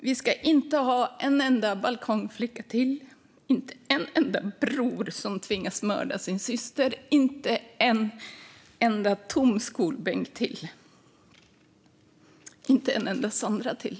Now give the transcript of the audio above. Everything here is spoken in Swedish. Vi ska inte ha en enda balkongflicka till, inte en enda bror som tvingas mörda sin syster, inte en enda tom skolbänk till, inte en enda Sandra till.